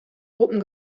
gruppen